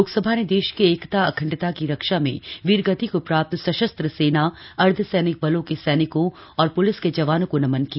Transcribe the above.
लोकसभा ने देश की एकता अखंडता की रक्षा में वीरगति को प्राप्त सशस्त्र सेना अर्धसैनिक बलों के सैनिकों और प्लिस के जवानों को नमन किया